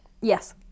Yes